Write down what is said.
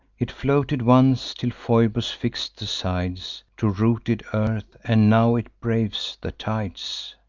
it floated once, till phoebus fix'd the sides to rooted earth, and now it braves the tides.